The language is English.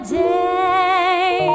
day